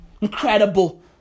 Incredible